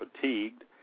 fatigued